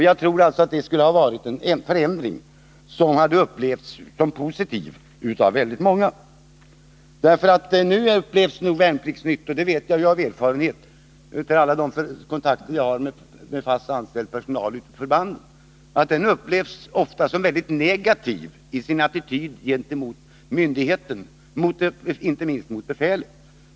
Jag tror att sådana förändringar skulle ha upplevts som positiva av väldigt många även här. Jag vet av erfarenhet, genom alla de kontakter jag har med fast anställd personal ute på förbanden, att Värnplikts-Nytt ofta uppfattas som väldigt negativ i sin attityd gentemot myndigheten och inte minst mot befälet.